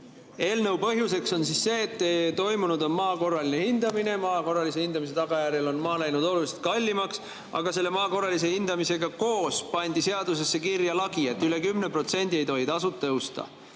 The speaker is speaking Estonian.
Eelnõu põhjuseks on see, et toimunud on maa korraline hindamine, maa korralise hindamise tagajärjel on maa läinud oluliselt kallimaks, aga koos selle maa korralise hindamisega pandi seadusesse kirja lagi, et üle 10% ei tohi tasud tõusta.